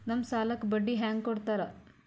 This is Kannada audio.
ನಮ್ ಸಾಲಕ್ ಬಡ್ಡಿ ಹ್ಯಾಂಗ ಕೊಡ್ತಾರ?